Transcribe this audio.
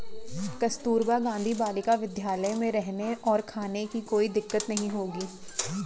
कस्तूरबा गांधी बालिका विद्यालय में रहने और खाने की कोई दिक्कत नहीं होगी